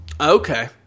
okay